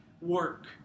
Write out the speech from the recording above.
work